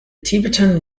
tibetan